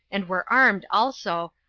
and were armed also,